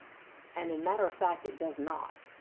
and in matter of fact, it does not.